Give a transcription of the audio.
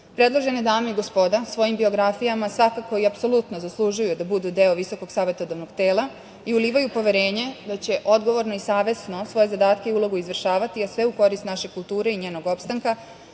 predložene dame i gospoda svojim biografijama svakako i apsolutno zaslužuju da budu deo visokog savetodavnog tela i ulivaju poverenje da će odgovorno i savesno svoje zadatke i ulogu izvršavati, a sve u korist naše kulture i njenog opstanka